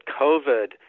COVID